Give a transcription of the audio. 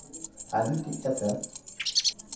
ᱟᱨ ᱢᱤᱫᱴᱤᱱ ᱠᱟᱛᱷᱟ